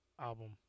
album